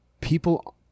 People